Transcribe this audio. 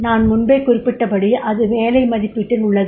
நான் முன்பே குறிப்பிட்டபடி அது வேலை மதிப்பீட்டில் உள்ளது